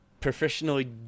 professionally